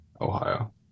Ohio